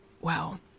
wow